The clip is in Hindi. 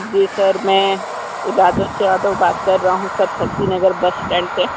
जी सर मैं राजेश यादव बात कर रहा हूँ sir Shakti Nagar bus stand से